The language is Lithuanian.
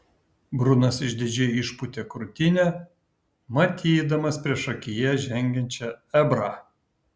brunas išdidžiai išpūtė krūtinę matydamas priešakyje žengiančią ebrą